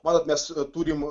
matot mes turim